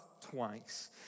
twice